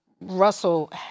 Russell